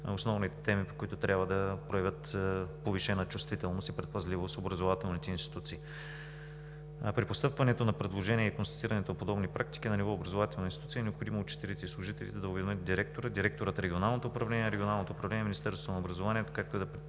основните теми, по които трябва да проявят повишена чувствителност и предпазливост образователните институции. При постъпването на предложения и констатирането на подобни практики на ниво образователни институции е необходимо учителите и служителите да уведомят директора, директорът – Регионалното управление, Регионалното управление – Министерството на образованието, както и да предприемат